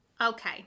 Okay